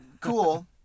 cool